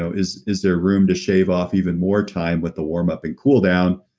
so is is there room to shave off even more time with the warm up and cool down.